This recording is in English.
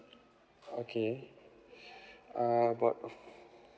okay err about